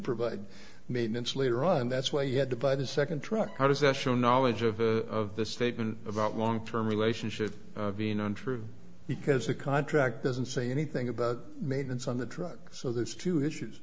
provide maintenance later on that's why you had to buy the second truck how does that show knowledge of of the statement about long term relationship being untrue because the contract doesn't say anything about maidens on the truck so there's two issues